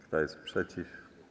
Kto jest przeciw?